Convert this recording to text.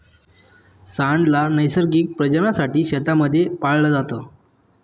सांड ला नैसर्गिक प्रजननासाठी शेतांमध्ये पाळलं जात